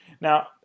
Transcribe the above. Now